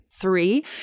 Three